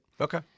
Okay